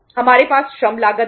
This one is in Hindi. हमारे पास श्रम लागत है